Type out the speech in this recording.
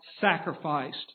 sacrificed